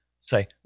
say